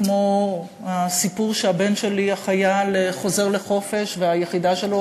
כמו הסיפור שהבן שלי החייל חוזר לחופשה והיחידה שלו,